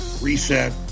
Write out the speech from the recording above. Reset